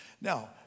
Now